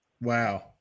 Wow